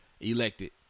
elected